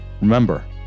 Remember